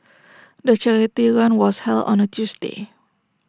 the charity run was held on A Tuesday